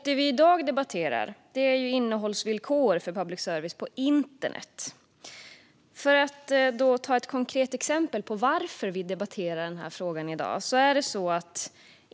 Det vi i dag debatterar är innehållsvillkor för public service på internet. Låt mig ge ett konkret exempel på varför vi debatterar frågan i dag.